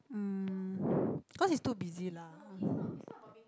mm cause he's too busy lah